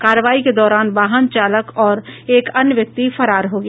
कार्रवाई के दौरान वाहन चालक और एक अन्य व्यक्ति फरार हो गया